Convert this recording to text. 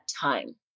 time